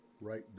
right